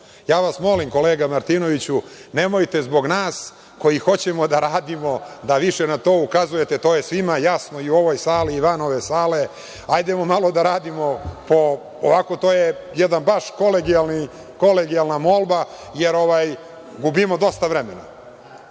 vas molim, kolega Martinoviću, nemojte zbog nas koji hoćemo da radimo, da više na to ukazujete. To je svima jasno, i u ovoj sali i van ove sale, hajdemo malo da radimo. To je jedna baš kolegijalna molba, jer gubimo dosta vremena,